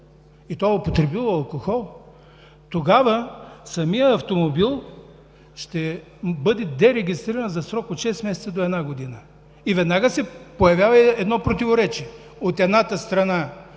и той е употребил алкохол, тогава самият автомобил ще бъде дерегистриран за срок от шест месеца до една година. Веднага се появява едно противоречие: от една страна,